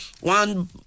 one